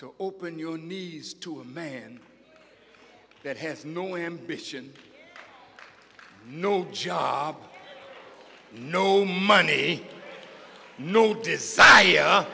to open your knees to a man that has no ambition no job no money no decide